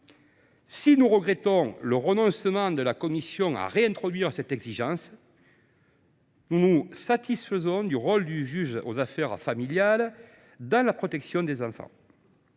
Si nous regrettons le renoncement de la commission à réintroduire cette exigence, nous nous satisfaisons du rôle donné au juge aux affaires familiales dans la protection des enfants.